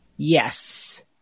Yes